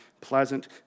pleasant